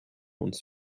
uns